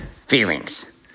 feelings